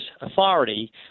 authority